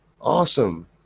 Awesome